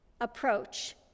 approach